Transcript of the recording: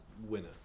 winner